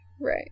Right